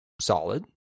solid